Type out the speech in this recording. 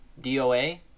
DOA